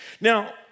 Now